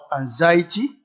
anxiety